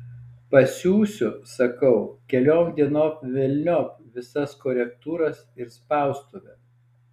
pasiųsiu sakau keliom dienom velniop visas korektūras ir spaustuvę